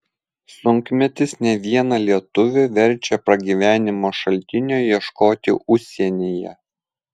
sunkmetis ne vieną lietuvį verčia pragyvenimo šaltinio ieškoti užsienyje